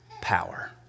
power